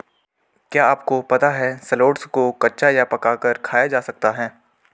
क्या आपको पता है शलोट्स को कच्चा या पकाकर खाया जा सकता है?